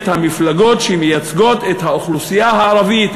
המפלגות שמייצגות את האוכלוסייה הערבית,